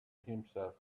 himself